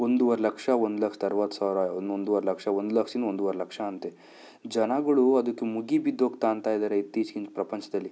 ಒಂದೂವರೆ ಲಕ್ಷ ಒಂದು ಲಕ್ಷದ ಅರವತ್ತು ಸಾವಿರ ಒಂದು ಒಂದ್ವರೆ ಲಕ್ಷ ಒಂದು ಲಕ್ಷದಿಂದ ಒಂದೂವರೆ ಲಕ್ಷ ಅಂತೆ ಜನಗಳು ಅದಕ್ಕೆ ಮುಗಿ ಬಿದ್ದು ಹೋಗಿ ತೊಗೊಳ್ತಾ ಇದ್ದಾರೆ ಇತ್ತೀಚೆಗಿನ ಪ್ರಪಂಚದಲ್ಲಿ